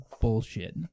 bullshit